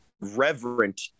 reverent